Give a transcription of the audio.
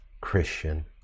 Christian